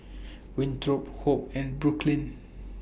Winthrop Hope and Brooklyn